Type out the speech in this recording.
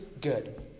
good